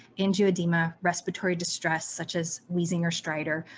angioedema, respiratory distress such as wheezing or stridor,